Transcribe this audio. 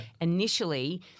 initially